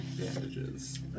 bandages